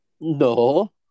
No